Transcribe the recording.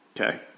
Okay